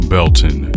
Belton